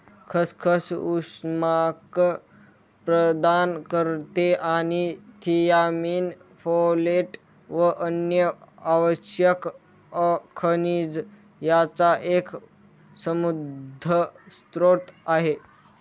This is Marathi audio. खसखस उष्मांक प्रदान करते आणि थियामीन, फोलेट व अन्य आवश्यक खनिज यांचा एक समृद्ध स्त्रोत आहे